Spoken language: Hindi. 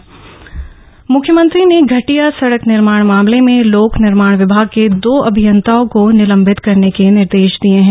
अभियंता निलंबित मुख्यमंत्री ने घटिया सड़क निर्माण मामले में लोक निर्माण विभाग के दो अभियन्ताओं को निलम्बित करने के निर्देश दिये हैं